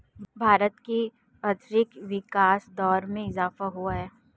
भारत की आर्थिक विकास दर में इजाफ़ा हुआ है